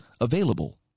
available